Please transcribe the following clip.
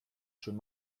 schon